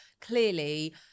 clearly